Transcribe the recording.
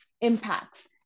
impacts